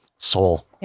soul